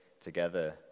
together